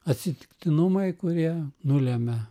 atsitiktinumai kurie nulemia